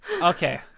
Okay